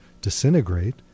disintegrate